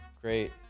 great